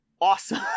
awesome